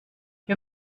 wir